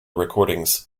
recordings